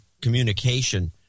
communication